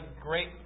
great